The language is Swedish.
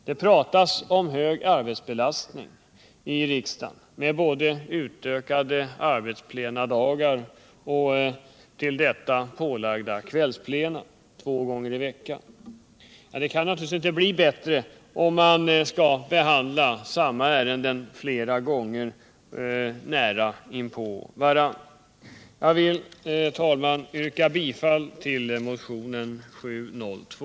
Det talas om en hög arbetsbelastning i riksdagen med en utökning av antalet plenidagar och kvällsplena två gånger i veckan. Den kan naturligtvis inte bli bättre om man skall behandla samma ärende flera gånger nära inpå varandra i tiden. Jag vill, herr talman, yrka bifall till motionen 702.